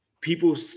People